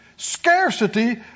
Scarcity